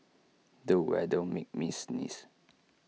the weather made me sneeze